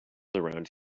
around